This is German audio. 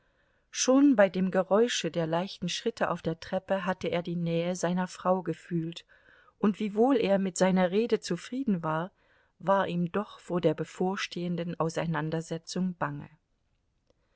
schon bei dem geräusche der leichten schritte auf der treppe hatte er die nähe seiner frau gefühlt und wiewohl er mit seiner rede zufrieden war war ihm doch vor der bevorstehenden auseinandersetzung bange